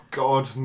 god